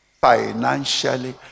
financially